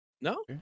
No